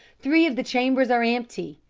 three of the chambers are empty.